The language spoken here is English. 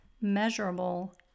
Measurable